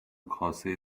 کاسه